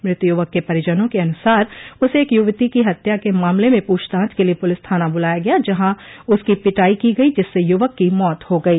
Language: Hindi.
मृत युवक के परिजनों के अनुसार उसे एक युवती की हत्या के मामले में पूछताछ के लिए पुलिस थाना बुलाया गया जहां उसकी पिटाई की गयी जिससे युवक की मौत हो गयी